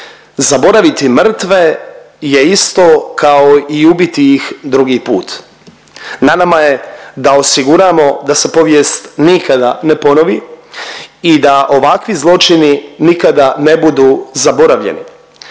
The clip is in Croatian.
zaboraviti mrtve je isto kao i ubiti ih drugi put. Na nama je da osiguramo da se povijest nikada ne ponovi i da ovakvi zločini nikada ne budu zaboravljeni,